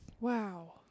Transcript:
Wow